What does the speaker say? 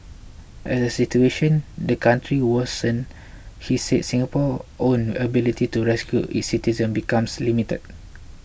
as the situation the country worsens he said Singapore's own ability to rescue its citizens becomes limited